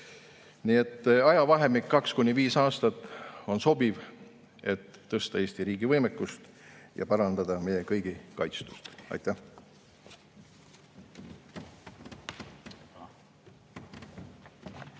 Nii et ajavahemik kaks kuni viis aastat on sobiv, et tõsta Eesti riigi võimekust ja parandada meie kõigi kaitstust. Aitäh!